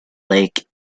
lake